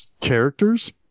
characters